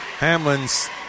Hamlin's